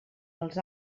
els